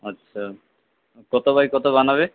আচ্ছা কত বাই কত বানাবে